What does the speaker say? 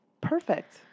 Perfect